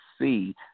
see